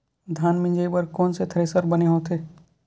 धान मिंजई बर कोन से थ्रेसर बने होथे?